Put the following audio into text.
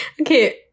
Okay